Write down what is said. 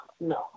no